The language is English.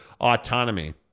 autonomy